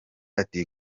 ati